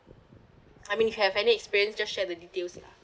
I mean you have any experience just share the details lah